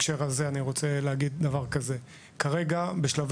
חשבתי שתגיד שיש